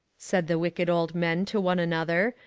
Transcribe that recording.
said the wicked old men to one another,